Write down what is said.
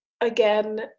Again